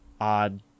odd